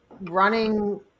running